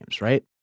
right